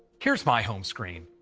here's my home screen.